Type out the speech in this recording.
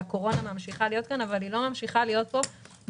שהקורונה ממשיכה להיות כאן אבל היא לא ממשיכה להיות פה בסגרים.